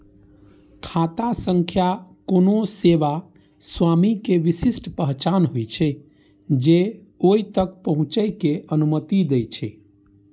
खाता संख्या कोनो सेवा स्वामी के विशिष्ट पहचान होइ छै, जे ओइ तक पहुंचै के अनुमति दै छै